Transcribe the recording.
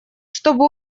чтобы